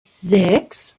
sechs